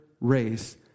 race